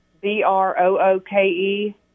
B-R-O-O-K-E